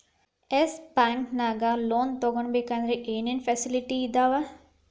S bank ನ್ಯಾಗ್ loan ತಗೊಬೇಕಂದ್ರ ಏನೇನ್ ಫಾರ್ಮ್ಯಾಲಿಟಿಸ್ ಅದಾವ?